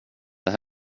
det